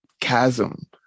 chasm